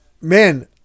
man